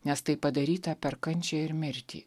nes tai padaryta per kančią ir mirtį